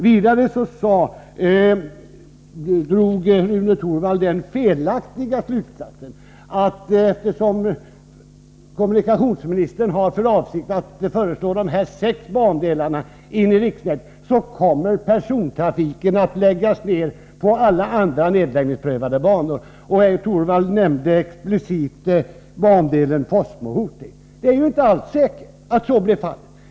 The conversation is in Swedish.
Vidare drog Rune Torwald den felaktiga slutsatsen, att eftersom kommunikationsministern har för avsikt att föreslå att de här sex bandelarna skall överföras i riksnätet, så kommer persontrafiken att läggas ner på alla andra nedläggningsprövade banor. Rune Torwald nämnde explicit bandelen Forsmo-Hoting. Det är inte alls säkert att så blir fallet.